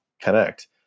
connect